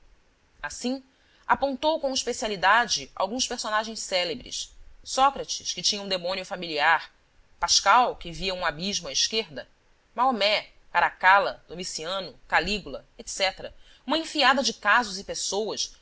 assim apontou com especialidade alguns personagens célebres sócrates que tinha um demônio familiar pascal que via um abismo à esquerda maomé caracala domiciano calígula etc uma enfiada de casos e pessoas